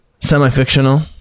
semi-fictional